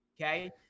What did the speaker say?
okay